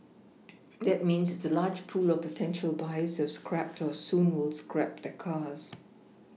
that means there is a large pool of potential buyers have scrapped or will soon scrap their cars